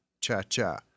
Cha-Cha